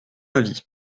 avis